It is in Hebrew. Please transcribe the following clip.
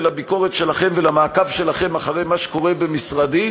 לביקורת שלכם ולמעקב שלכם אחרי מה שקורה במשרדי,